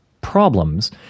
problems